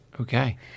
Okay